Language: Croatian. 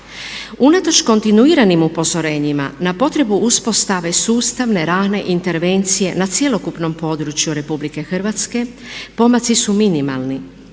Unatoč kontinuiranim upozorenjima na potrebu uspostave sustavne rane intervencije na cjelokupnom području Republike Hrvatske pomaci su minimalni